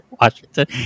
Washington